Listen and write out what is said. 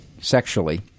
sexually